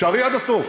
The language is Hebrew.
תישארי עד הסוף.